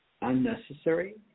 unnecessary